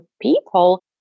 people